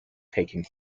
taking